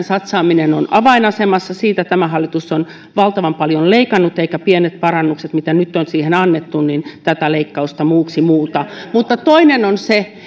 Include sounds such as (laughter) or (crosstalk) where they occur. (unintelligible) satsaaminen on avainasemassa siitä tämä hallitus on valtavan paljon leikannut eivätkä pienet parannukset mitä nyt on siihen annettu tätä leikkausta muuksi muuta mutta toinen on se (unintelligible)